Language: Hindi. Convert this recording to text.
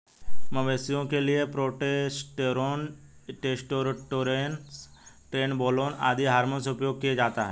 मवेशियों के लिए प्रोजेस्टेरोन, टेस्टोस्टेरोन, ट्रेनबोलोन आदि हार्मोन उपयोग किया जाता है